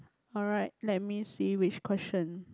alright let me see which question